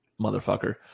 motherfucker